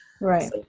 Right